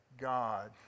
God